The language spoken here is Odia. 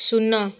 ଶୂନ